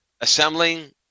assembling